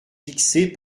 fixées